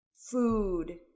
food